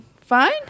fine